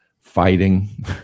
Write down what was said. fighting